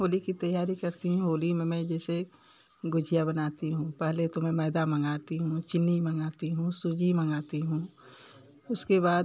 होली की तैयारी करती हूँ होली मैं जैसे गुजिया बनाती हूँ पहले तो मैं मैदा मंगाती हूँ चिन्नी मंगाती हूँ सूजी मंगाती हूँ उसके बाद